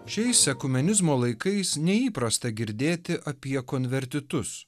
šiais ekumenizmo laikais neįprasta girdėti apie konvertitus